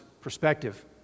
perspective